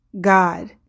God